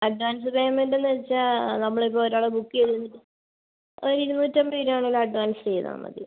advance payment എന്ന് വെച്ചാൽ നമ്മള് ഇപ്പോൾ ഒരാളെ ബുക്ക് ചെയ്ത് ഒര് ഇരുന്നൂറ്റമ്പത് രൂപ നിങ്ങള് അഡ്വാൻസ് ചെയ്താൽ മതി